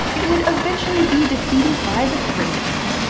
it would eventually be defeated by the greatest.